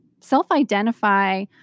self-identify